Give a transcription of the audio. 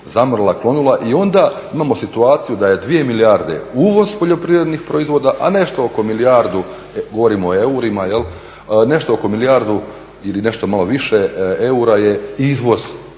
zamrla, klonula i onda imamo situaciju da je dvije milijarde uvoz poljoprivrednih proizvoda, a nešto oko milijardu govorim o eurima, nešto oko milijardu ili nešto malo više eura je izvoz